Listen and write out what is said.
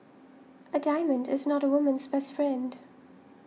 a diamond is not a woman's best friend